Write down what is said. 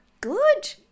good